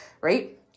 Right